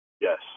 Yes